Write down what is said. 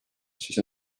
siis